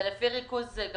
זה לפי ריכוז.